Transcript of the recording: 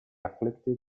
afflicted